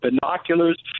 binoculars